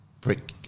brick